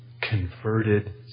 converted